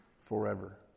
forever